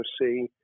see